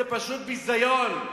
זה פשוט ביזיון.